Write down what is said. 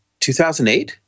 2008